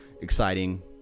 exciting